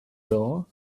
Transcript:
door